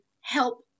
help